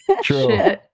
true